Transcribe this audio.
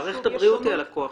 מערכת הבריאות היא הלקוח שלך.